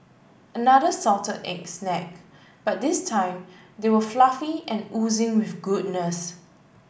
another salted egg snack but this time they are fluffy and oozing with goodness